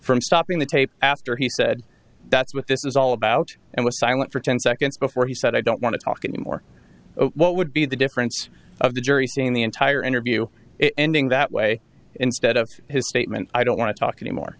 from stopping the tape after he said that's what this is all about and was silent for ten seconds before he said i don't want to talk anymore what would be the difference of the jury seeing the entire interview ending that way instead of his statement i don't want to talk anymore